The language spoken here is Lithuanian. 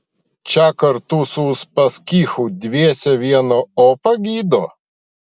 čia kartu su uspaskichu dviese vieną opą gydo